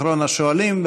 אחרון השואלים,